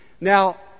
Now